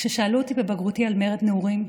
כששאלו אותי בבגרותי על מרד נעורים,